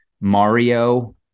Mario